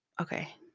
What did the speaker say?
Okay